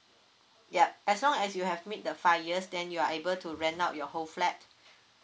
ya as long as you have meet the five years then you are able to rent out your whole flat